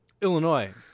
Illinois